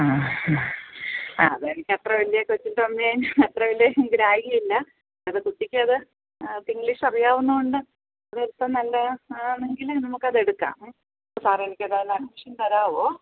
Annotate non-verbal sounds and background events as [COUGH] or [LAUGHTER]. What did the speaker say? ആ ആ ആ അത് എനിക്ക് അത്ര വലിയ [UNINTELLIGIBLE] അത്ര വലിയ ഗ്രാഹ്യം ഇല്ല അത് കുട്ടിക്ക് അത് ഇപ്പം ഇംഗ്ലീഷ് അറിയാവുന്നതു കൊണ്ട് അത് എടുത്താൽ നല്ലതാണെങ്കില് നമുക്ക് അതെടുക്കാം സാറെ അത് എനിക്ക് അതിന് അഡ്മിഷന് തരാമോ